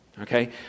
okay